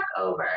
over